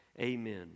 amen